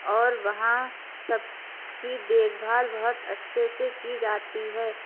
اور وہاں سب کی دیکھ بھال بہت اچھے سے کی جاتی ہے